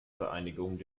vereinigung